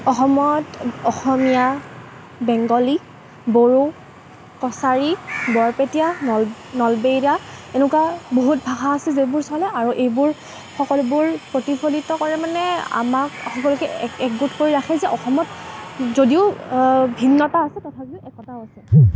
অসমত অসমীয়া বেংগলী বড়ো কছাৰী বৰপেটীয়া নলবেৰীয়া এনেকুৱা বহুত ভাষা আছে যিবোৰ চলে আৰু এইবোৰ সকলোবোৰ প্ৰতিফলিত কৰে মানে আমাক সকলোকে একগোট কৰি ৰাখে যে অসমত যদিও ভিন্নতা আছে তথাপিও একতা আছে